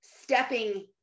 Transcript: stepping